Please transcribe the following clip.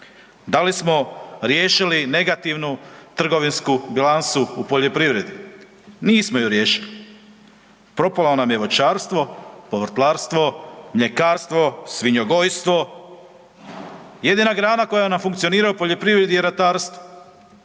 Da li smo riješili negativnu trgovinsku bilancu u poljoprivredi? Nismo ju riješili. Propalo nam je voćarstvo, povrtlarstvo, mljekarstvo, svinjogojstvo, jedina grana koja nam funkcionira u poljoprivredi je ratarstvo.